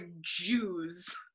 Jews